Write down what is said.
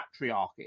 patriarchy